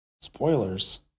Spoilers